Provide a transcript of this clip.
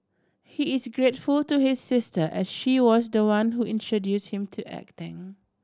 he is grateful to his sister as she was the one who introduced him to acting